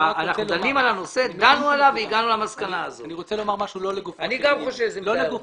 אני רוצה לשאול אתכם האם תסכימו